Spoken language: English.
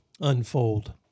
unfold